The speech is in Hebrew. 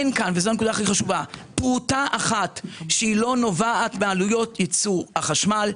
אין כאן פרוטה אחת שלא נובעת מעלויות ייצור החשמל,